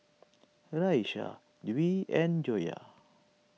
Raisya Dwi and Joyah